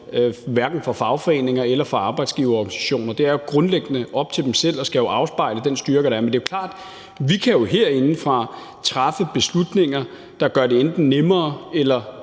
hverken for fagforeninger eller for arbejdsgiverorganisationer. Det er grundlæggende op til dem selv, og det skal jo afspejle den styrke, de har. Men det er jo klart: Vi kan herindefra træffe beslutninger, der gør det enten nemmere eller